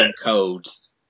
codes